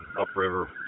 upriver